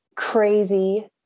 crazy